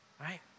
Right